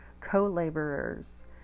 co-laborers